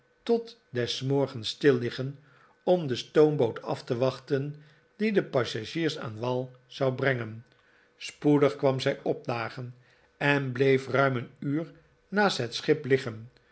tot des morgens stilliggen om de stoomboot af te wachten die de passagiers aan wal zou brengen spoedig kwam zij opdagen en bleef ruim een uur naast het schip liggen